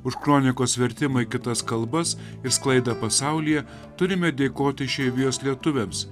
už kronikos vertimą į kitas kalbas ir sklaidą pasaulyje turime dėkoti išeivijos lietuviams